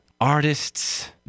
artists